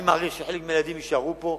אני מעריך שחלק מהילדים יישארו פה,